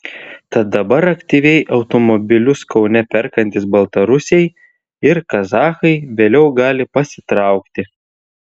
tad dabar aktyviai automobilius kaune perkantys baltarusiai ir kazachai vėliau gali pasitraukti